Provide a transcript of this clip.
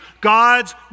God's